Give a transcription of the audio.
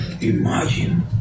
imagine